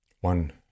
One